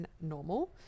normal